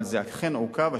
אבל זה אכן עוכב.